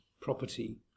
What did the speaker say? property